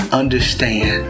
understand